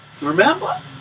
Remember